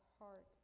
heart